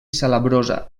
salabrosa